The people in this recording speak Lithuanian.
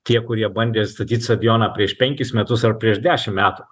tie kurie bandė statyt stadioną prieš penkis metus ar prieš dešimt metų